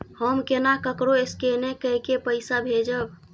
हम केना ककरो स्केने कैके पैसा भेजब?